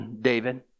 david